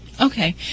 Okay